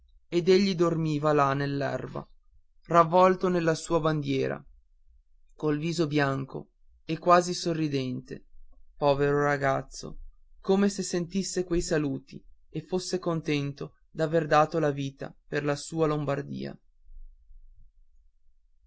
egli se ne dormiva là nell'erba ravvolto nella sua bandiera col viso bianco e quasi sorridente povero ragazzo come se sentisse quei saluti e fosse contento d'aver dato la vita per la sua lombardia